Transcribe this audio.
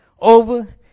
over